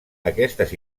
aquestes